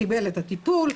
קיבל את הטיפול,